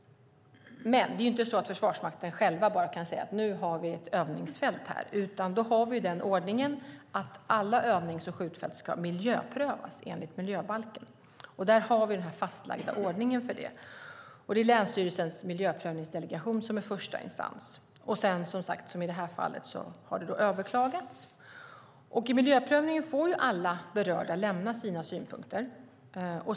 Men det är inte så att Försvarsmakten själva kan säga: Nu har vi ett övningsfält här. Vi har den ordningen att alla övnings och skjutfält ska miljöprövas enligt miljöbalken. Det finns en fastlagd ordning för det. Det är länsstyrelsens miljöprövningsdelegation som är första instans. Sedan kan det, som i det här fallet, överklagas. I miljöprövningen får alla berörda lämna sina synpunkter.